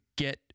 Get